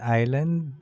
island